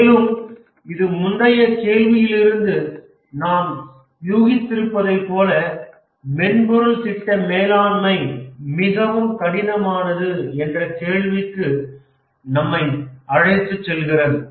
மேலும் இது முந்தைய கேள்வியிலிருந்து நாம் யூகித்திருப்பதைப் போல மென்பொருள் திட்ட மேலாண்மை மிகவும் கடினமானது என்ற கேள்விக்கு நம்மை அழைத்துச் செல்கிறது